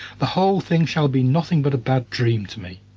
the whole thing shall be nothing but a bad dream to me.